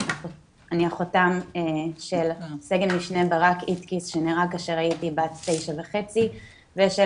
אני אחותם של סג"מ ברק איטקיס שנהרג כאשר הייתי בת 9.5 ושל